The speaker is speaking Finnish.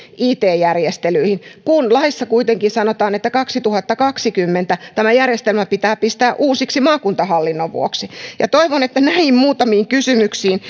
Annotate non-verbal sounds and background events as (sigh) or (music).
it järjestelyihin kun laissa kuitenkin sanotaan että kaksituhattakaksikymmentä tämä järjestelmä pitää pistää uusiksi maakuntahallinnon vuoksi toivon että näihin muutamiin kysymyksiin (unintelligible)